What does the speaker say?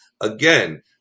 Again